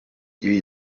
ibi